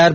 R